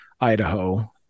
Idaho